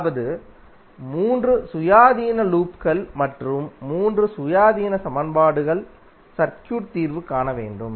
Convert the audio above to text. அதாவது 3 சுயாதீன லூப்கள் மற்றும் 3 சுயாதீன சமன்பாடுகள் சர்க்யூட் தீர்வு காண வேண்டும்